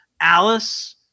Alice